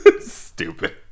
stupid